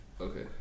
Okay